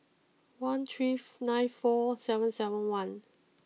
one three nine four seven seven one